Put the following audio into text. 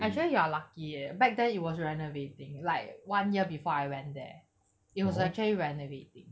actually you are lucky eh back then it was renovating like one year before I went there it was actually renovating